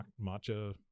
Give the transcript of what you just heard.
matcha